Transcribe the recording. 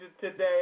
today